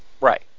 Right